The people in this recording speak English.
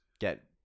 get